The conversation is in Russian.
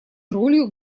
ролью